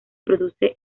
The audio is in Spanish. produce